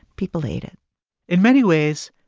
people ate it in many ways,